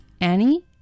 Annie